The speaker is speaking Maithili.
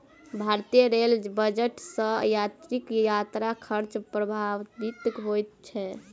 भारतीय रेल बजट सॅ यात्रीक यात्रा खर्च प्रभावित होइत छै